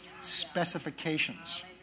specifications